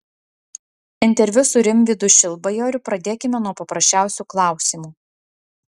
interviu su rimvydu šilbajoriu pradėkime nuo paprasčiausių klausimų